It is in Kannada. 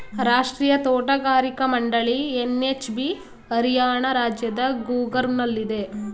ರಾಷ್ಟ್ರೀಯ ತೋಟಗಾರಿಕಾ ಮಂಡಳಿ ಎನ್.ಎಚ್.ಬಿ ಹರಿಯಾಣ ರಾಜ್ಯದ ಗೂರ್ಗಾವ್ನಲ್ಲಿದೆ